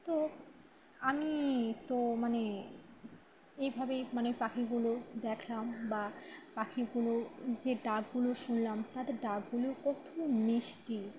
তো আমি তো মানে এইভাবেই মানে পাখিগুলো দেখলাম বা পাখিগুলো যে ডাকগুলো শুনলাম তাদের ডাকগুলো কত মিষ্টি